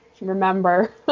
remember